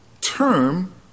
term